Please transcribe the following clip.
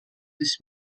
this